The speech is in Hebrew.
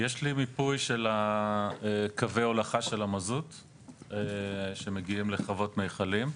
יש לי מיפוי של קווי ההולכה של המזוט שמגיעים לחוות מיכלים.